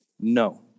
no